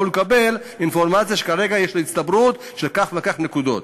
אבל הוא יקבל אינפורמציה שכרגע יש לו הצטברות של כך וכך נקודות.